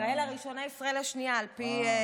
ישראל הראשונה, ישראל השנייה, על פי,